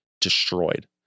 destroyed